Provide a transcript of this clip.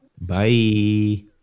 Bye